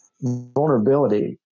vulnerability